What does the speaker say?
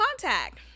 contact